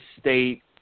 State